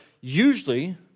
usually